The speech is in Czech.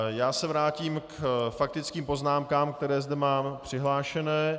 Já se vrátím k faktickým poznámkám, které zde mám přihlášené.